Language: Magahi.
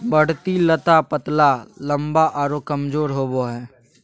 बढ़ती लता पतला लम्बा आरो कमजोर होबो हइ